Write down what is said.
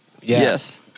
Yes